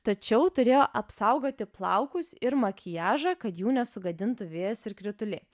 tačiau turėjo apsaugoti plaukus ir makiažą kad jų nesugadintų vėjas ir krituliai